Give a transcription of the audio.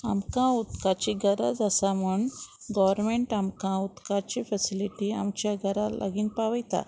आमकां उदकाची गरज आसा म्हण गोवोरमेंट आमकां उदकाची फेसिलिटी आमच्या घरां लागीं पावयता